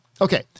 Okay